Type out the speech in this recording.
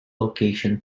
location